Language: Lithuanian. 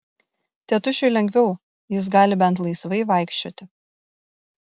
tėtušiui lengviau jis gali bent laisvai vaikščioti